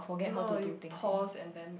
no you pause and then